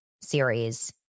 series